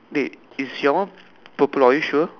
wait is your one purple are you sure